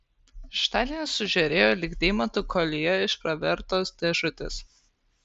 šeštadienis sužėrėjo lyg deimantų koljė iš pravertos dėžutės